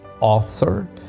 author